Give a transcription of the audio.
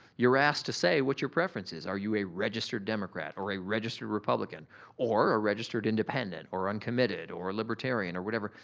you're asked to say what your preference is. are you a registered democrat or a registered republican or a registered independent or uncommitted or libertarian or whatever?